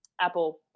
Apple